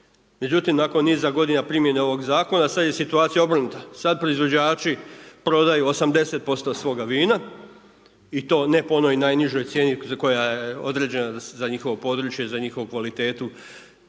Međutim, nakon niza godina primjene ovog Zakona sad je situacija obrnuta. Sad proizvođači prodaju 80% svoga vina i to ne po onoj najnižoj cijeni koja je određena za njihovo područje, za njihovu kvalitetu,